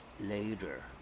later